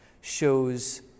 shows